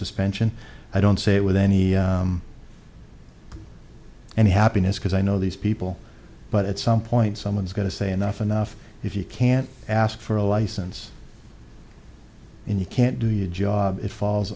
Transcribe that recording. suspension i don't see it with any any happiness because i know these people but at some point someone's going to say enough enough if you can't ask for a license you can't do your job it falls